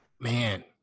Man